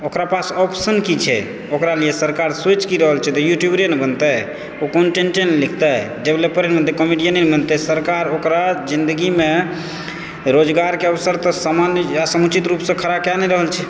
ओकरा पास आप्शन की छै ओकरा लियऽ सरकार सोचि की रहल छै तऽ यूट्यूबरे ने बनतै ओ कन्टेन्टे ने लिखतै डेवेलोपरे नऽ बनत कॉमेडियने नऽ बनतै सरकार ओकरा जिन्दगीमे रोजगारके अवसर तऽ समान या समुचित रूपसँ खड़ा कए नहि रहल छै